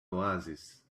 oasis